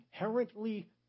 inherently